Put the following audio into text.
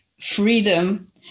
freedom